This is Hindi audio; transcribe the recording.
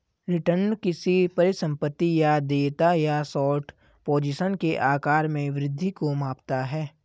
रिटर्न किसी परिसंपत्ति या देयता या शॉर्ट पोजीशन के आकार में वृद्धि को मापता है